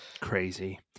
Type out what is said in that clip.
Crazy